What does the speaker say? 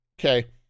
okay